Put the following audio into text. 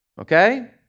Okay